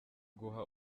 guha